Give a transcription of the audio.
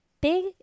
big